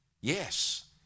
yes